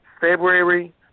February